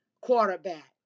quarterback